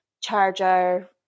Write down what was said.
charger